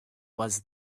was